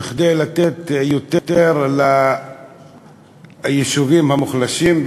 כדי לתת יותר ליישובים המוחלשים,